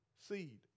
seed